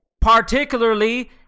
particularly